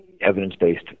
evidence-based